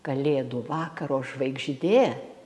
kalėdų vakaro žvaigždė